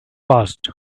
passed